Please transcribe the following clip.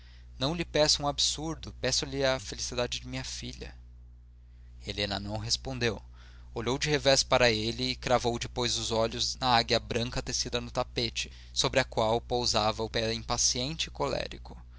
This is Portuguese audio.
não lhe peço um absurdo peçolhe a felicidade de minha filha helena não respondeu olhou de revés para ele e cravou depois os olhos na águia branca tecida no tapete sobre o qual pousava o pé impaciente e colérico